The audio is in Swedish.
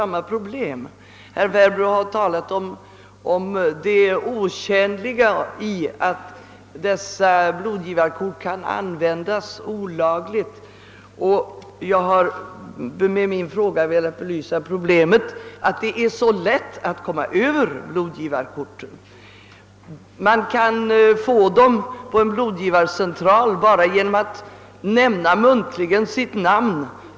Herr Werbro har talat om att dessa blodgivarkort kan användas olagligt, och jag har med min fråga velat belysa att det är alltför lätt att komma över blodgivarkort. Man kan få dem på en blodgivarcentral bara genom att muntligen nämna sitt namn.